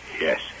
Yes